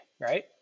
right